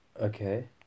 okay